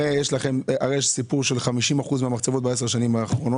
הרי יש סיפור של 50% מהמחצבות שירדו בעשר השנים האחרונות